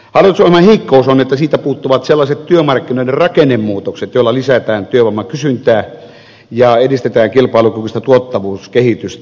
hallitusohjelman heikkous on että siitä puuttuvat sellaiset työmarkkinoiden rakennemuutokset joilla lisätään työvoiman kysyntää ja edistetään kilpailukykyistä tuottavuuskehitystä